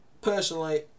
personally